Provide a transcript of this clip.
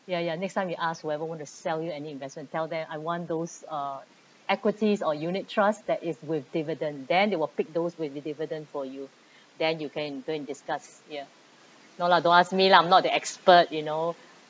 ya ya next time we ask whoever want to sell you any investment tell them I want those uh equities or unit trust that is with dividend then they will pick those with the dividend for you then you can go and discuss ya no lah don't ask me lah I'm not the expert you know